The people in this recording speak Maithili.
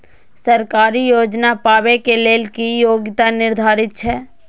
सरकारी योजना पाबे के लेल कि योग्यता निर्धारित छै?